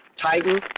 Titan